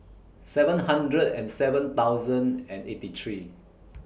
seven hundred and seven thousand and eighty three